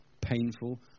painful